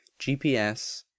GPS